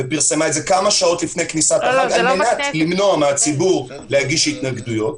כמה שעות לפני כניסת החג כדי למנוע מהציבור להגיש התנגדויות.